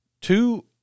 two